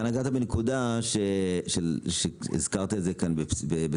אתה נגעת בנקודה שהזכרת את זה כאן בסעיף,